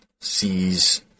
sees